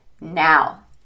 now